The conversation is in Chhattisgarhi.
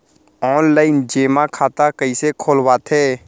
ऑनलाइन जेमा खाता कइसे खोलवाथे?